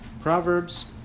Proverbs